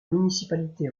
municipalité